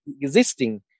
existing